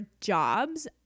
jobs